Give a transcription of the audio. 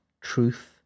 truth